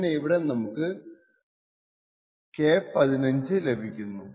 അങ്ങനെ ഇവിടെ നമുക്ക് K15 ലഭിക്കുന്നു